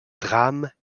drame